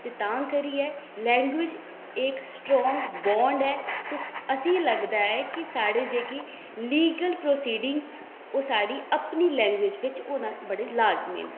ते तां करियै लैंगवेज इक स्ट्रांग बांड ऐ तो असें गी लगदा ऐ कि साढ़े जेह्की लीगल प्रोसीडिंग्स ओह् साढ़ी अपनी लैंगवेज बिच्च होना बड़ी लाजमी न